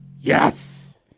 Yes